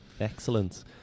excellent